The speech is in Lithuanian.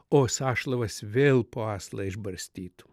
o sąšlavas vėl po aslą išbarstytų